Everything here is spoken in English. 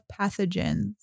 pathogens